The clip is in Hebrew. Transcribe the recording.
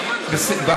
התלבטות.